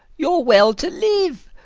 you're well to live.